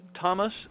Thomas